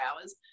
hours